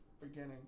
beginning